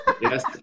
Yes